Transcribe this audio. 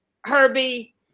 Herbie